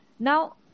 Now